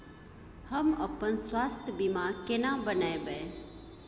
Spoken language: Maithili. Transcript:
हम अपन स्वास्थ बीमा केना बनाबै?